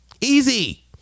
Easy